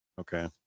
Okay